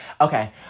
Okay